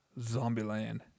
Zombieland